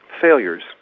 failures